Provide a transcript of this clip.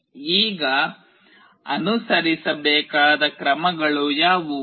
ಈಗ ಅನುಸರಿಸಬೇಕಾದ ಕ್ರಮಗಳು ಯಾವುವು